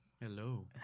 Hello